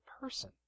person